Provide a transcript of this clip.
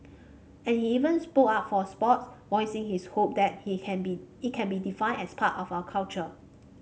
and he even spoke up for sports voicing his hope that he can be it can be defined as part of our culture